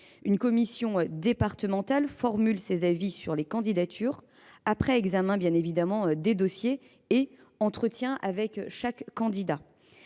Une commission départementale formule ses avis sur les candidatures, après examen des dossiers et un entretien avec chaque candidat.